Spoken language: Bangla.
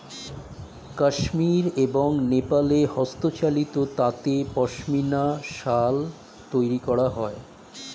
কাশ্মীর এবং নেপালে হস্তচালিত তাঁতে পশমিনা শাল তৈরি করা হয়